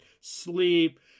sleep